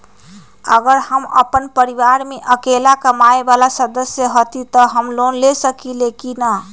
अगर हम अपन परिवार में अकेला कमाये वाला सदस्य हती त हम लोन ले सकेली की न?